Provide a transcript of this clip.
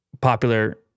popular